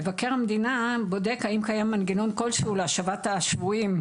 מבקר המדינה בודק האם קיים מנגנון כלשהו להשבת השבויים,